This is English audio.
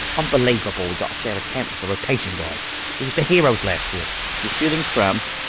unbelievable we gotta share a tent with the rotation guys we was the heroes last year! if you're feeling cramped,